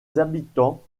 habitants